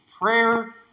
Prayer